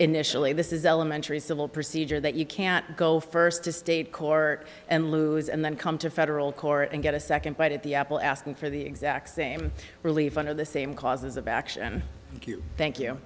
initially this is elementary civil procedure that you can't go first to state court and lewis and then come to federal court and get a second bite at the apple asking for the exact same relief under the same causes of action q thank you